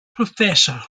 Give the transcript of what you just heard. professor